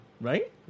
right